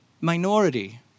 minority